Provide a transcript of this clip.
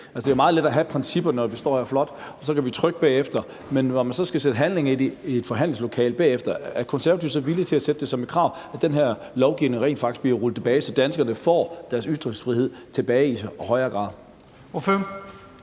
det er jo meget let at have flotte principper, når man står her, og så kan vi stemme bagefter. Men når man så skal sætte handling bag det i et forhandlingslokale bagefter, er Konservative så villige til at have det som et krav, at den her lovgivning rent faktisk bliver rullet tilbage, så danskerne i højere grad får deres ytringsfrihed tilbage? Kl.